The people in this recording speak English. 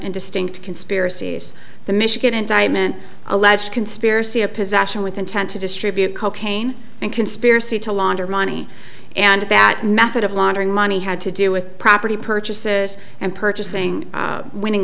and distinct conspiracies the michigan indictment alleged conspiracy of possession with intent to distribute cocaine and conspiracy to launder money and that method of laundering money had to do with property purchases and purchasing winning